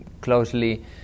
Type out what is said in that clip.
closely